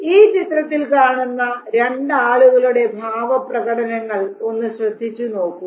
ഈ ചിത്രത്തിൽ കാണുന്ന രണ്ടാളുകളുടെ ഭാവപ്രകടനങ്ങൾ ഒന്ന് ശ്രദ്ധിച്ചുനോക്കൂ